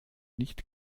nicht